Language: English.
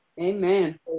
Amen